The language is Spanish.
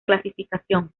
clasificación